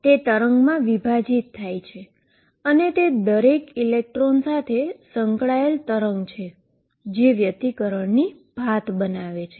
તે વેવમાં ડીવાઈડ થાય છે અને તે દરેક ઇલેક્ટ્રોન સાથે સંકળાયેલ વેવ છે જે ડીફ્રેક્શનવેવ ફંક્શનની પેટર્ન બનાવે છે